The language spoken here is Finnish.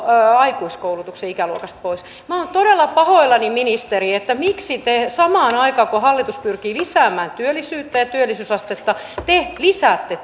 aikuiskoulutuksen ikäluokasta pois minä olen todella pahoillani ministeri että te samaan aikaan kun hallitus pyrkii lisäämään työllisyyttä ja työllisyysastetta lisäätte